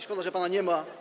Szkoda, że pana tu nie ma.